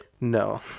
No